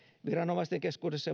viranomaisten keskuudessa